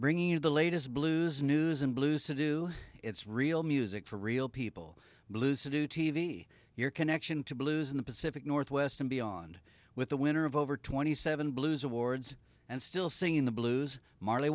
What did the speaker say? bringing you the latest blues news and blues to do it's real music for real people blues to do t v your connection to blues in the pacific northwest and beyond with the winner of over twenty seven blues awards and still singing the blues marley